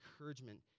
encouragement